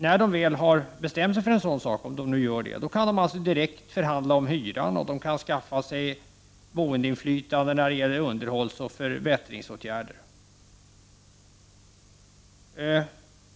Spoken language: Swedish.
När hyresgästerna väl har bestämt sig för detta beslut, om de nu gör det, kan de direkt förhandla om hyran, och de kan skaffa sig boendeinflytande när det gäller underhållsoch förbättringsåtgärder.